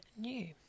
new